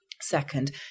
second